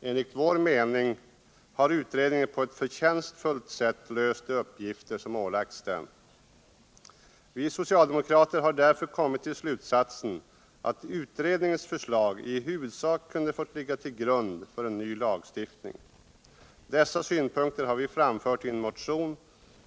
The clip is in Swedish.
Enligt vår mening har utredningen på ett förtjänstfullt sätt löst de uppgifter som ålagts den. Vi socialdemokrater har därför kommit till slutsatsen att utredningens förslag i huvudsak kunde fått ligga till grund för en ny lagstiftning. Dessa synpunkter har vi framfört i en motion